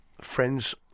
friends